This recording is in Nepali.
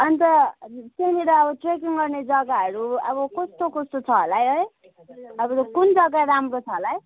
अन्त त्यहाँनेर अब ट्रेकिङ गर्ने जगाहरू अब कस्तो कस्तो छ होला है कुन जगा राम्रो छ होला है